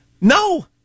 No